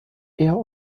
eher